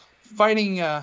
Fighting